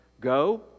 go